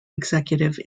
executive